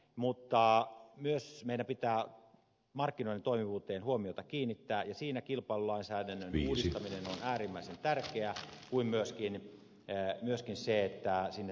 mutta meidän pitää myös markkinoiden toimivuuteen kiinnittää huomiota ja siinä kilpailulainsäädännön muistaminen on äärimmäisen tärkeää kuin myöskin sinne tulevan erillislainsäädännön muistaminen